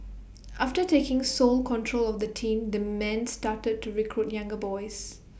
after taking sole control of the team the man started to recruit younger boys